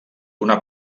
una